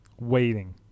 waiting